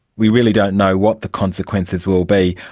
we really don't know what the consequences will be,